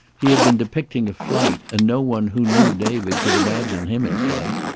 he had been depicting a flight and no one who knew david could imagine him in flight.